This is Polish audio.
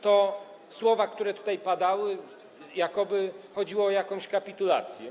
To słowa, które tutaj padały, jakoby chodziło o jakąś kapitulację.